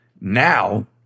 now